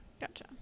Gotcha